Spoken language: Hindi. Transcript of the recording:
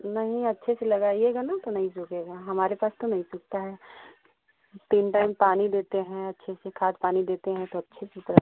नहीं नहीं अच्छे से लगाइएगा ना तो नहीं सूखेगा हमारे पास तो नहीं सूखता है तीन टाइम पानी देते हैं अच्छे से खाद पानी देते हैं तो अच्छे से तो रहता है